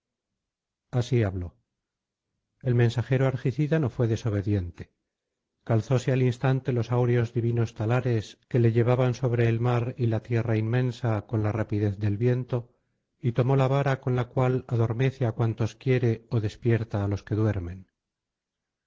así habló el mensajero argicida no fué desobediente calzóse al instante los áureos divinos talares que le llevaban sobre el mar y la tierra inmensa con la rapidez del viento y tomó la vara con la cual adormece á cuantos quiere ó despierta á los que duermen